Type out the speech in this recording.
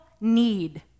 need